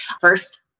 first